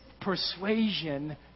persuasion